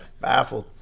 Baffled